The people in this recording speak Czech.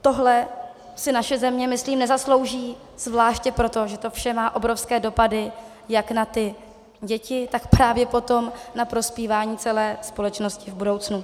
Tohle si naše země myslím nezaslouží, zvláště proto, že to vše má obrovské dopady jak na děti, tak právě na prospívání celé společnosti v budoucnu.